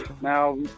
Now